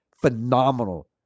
phenomenal